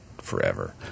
forever